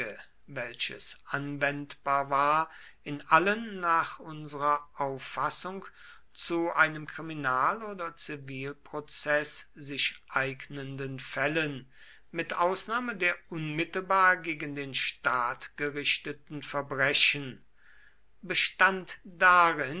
welches anwendbar war in allen nach unserer auffassung zu einem kriminal oder zivilprozeß sich eignenden fällen mit ausnahme der unmittelbar gegen den staat gerichteten verbrechen bestand